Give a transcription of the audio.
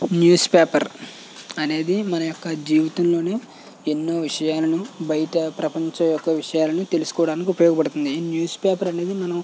newspaper అనేది మన యొక్క జీవితంలోనే ఎన్నో విషయాలను బయట ప్రపంచ యొక్క విషయాలను తెలుసుకోవడానికి ఉపయోగపడుతుంది ఈ న్యూస్పేపర్ అనేది మనం